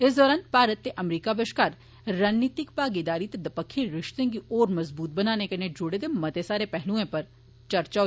इस दरान भारत ते अमरीका बश्कार रणनीति भागीदारी ते दपक्खी रिश्तें गी होर मजबूत बनाने कन्नै जुड़ दे मते सारे पैहलुएं उप्पर चर्चा होई